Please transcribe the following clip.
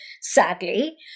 sadly